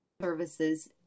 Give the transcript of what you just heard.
services